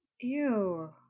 Ew